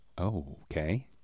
okay